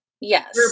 yes